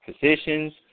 positions